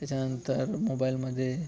त्याच्यानंतर मोबाईलमध्ये